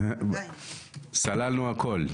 אבל סללנו הכול.